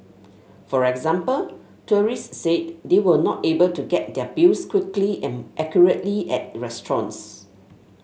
for example tourists said they were not able to get their bills quickly and accurately at restaurants